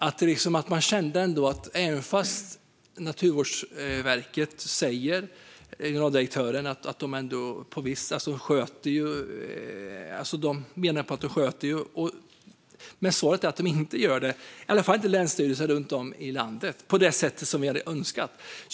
Även om Naturvårdsverkets generaldirektör säger att man sköter detta är svaret att man inte gör det. I alla fall gör inte länsstyrelserna runt om i landet det på det sätt som vi hade önskat.